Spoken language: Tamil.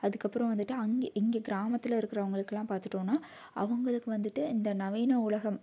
அதுக்கப்புறம் வந்துட்டு அங்கே இங்கே கிராமத்தில் இருக்கிறவுங்களுக்குல்லாம் பாத்துட்டோம்னா அவங்களுக்கு வந்துட்டு இந்த நவீன உலகம்